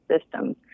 systems